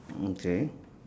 okay